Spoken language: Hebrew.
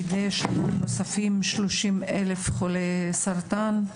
מדי שנה נוספים 30,000 חולי סרטן.